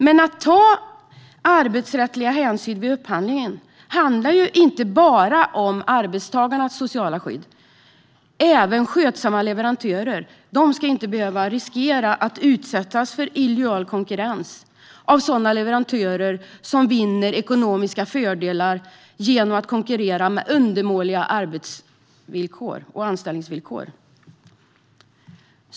Men att ta arbetsrättsliga hänsyn vid upphandlingen handlar inte bara om arbetstagarnas sociala skydd utan även om skötsamma leverantörer som inte ska behöva riskera att utsättas för illojal konkurrens av sådana leverantörer som vinner ekonomiska fördelar genom att konkurrera med undermåliga arbetsvillkor och anställningsvillkor.